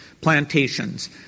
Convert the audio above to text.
plantations